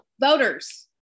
voters